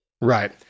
Right